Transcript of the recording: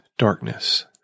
Darkness